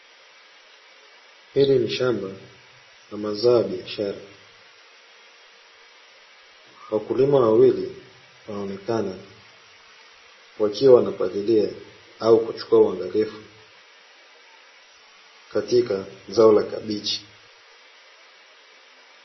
Hili ni shamba la mazao ya biashara, wakulima wawili wanaonekana wakiwa wanapalilia au kuchukua uangalifu katika zao la kabichi.